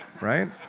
Right